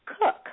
Cook